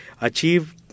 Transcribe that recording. achieve